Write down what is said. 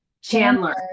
Chandler